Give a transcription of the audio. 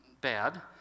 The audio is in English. bad